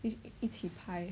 一一起拍